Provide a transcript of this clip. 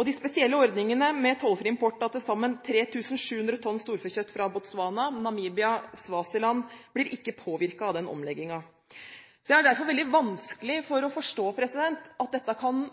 De spesielle ordningene med tollfri import av til sammen 3 700 tonn storfekjøtt fra Botswana, Namibia og Swaziland blir ikke påvirket av den omleggingen. Jeg har derfor veldig vanskelig for å forstå at dette kan